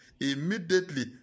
Immediately